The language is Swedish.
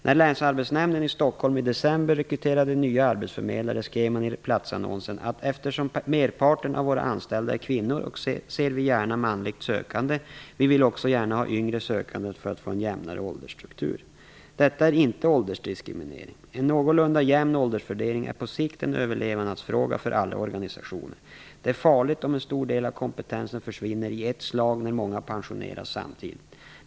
När Länsarbetsnämnden i Stockholm i december rekryterade nya arbetsförmedlare skrev man i platsannonsen att: "Eftersom merparten av våra anställda är kvinnor ser vi gärna manliga sökande. Vi vill också gärna ha yngre sökande för att få en jämnare åldersstruktur." Detta är inte åldersdiskriminering. En någorlunda jämn åldersfördelning är på sikt en överlevnadsfråga för alla organisationer. Det är farligt om en stor del av kompetensen försvinner i ett slag när många pensioneras samtidigt.